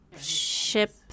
ship